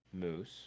Moose